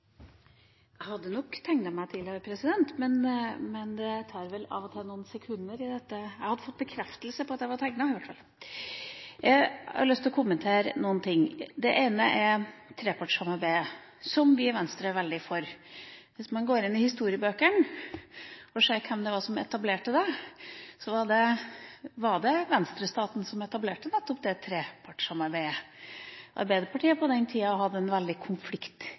Jeg hadde nok tegnet meg til dette, men det tar vel av og til noen sekunder her. Jeg har i hvert fall fått bekreftelse på at jeg hadde tegnet meg. Jeg har lyst til å kommentere noen ting. Det ene er trepartssamarbeidet, som vi i Venstre er veldig for. Hvis man går til historiebøkene, ser man at det var Venstre-staten som etablerte nettopp det trepartssamarbeidet. Arbeiderpartiet hadde på den tiden en veldig